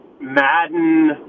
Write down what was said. Madden